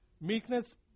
Meekness